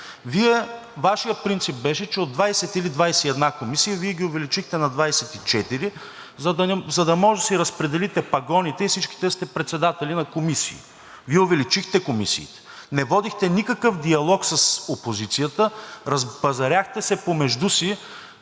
Вашият принцип беше, че от 20 или 21 комисии, Вие ги увеличихте на 24, за да може да си разпределите пагоните и всички да сте председатели на комисии. Вие увеличихте комисиите, не водихте никакъв диалог с опозицията, пазаряхте се помежду си,